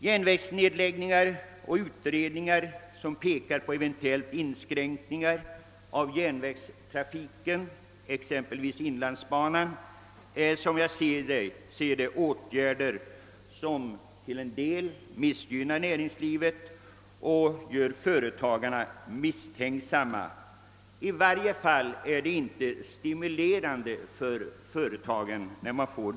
Järnvägsnedläggningar och utredningar som pekar på eventuella inskränkningar i järnvägstrafiken, exempelvis när det gäller inlandsbanan, är som jag ser det åtgärder som till en del missgynnar näringslivet och gör företagarna misstänksamma. I varje fall verkar det inte stimulerande på företagen.